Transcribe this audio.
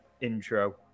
intro